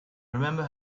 remember